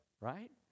Right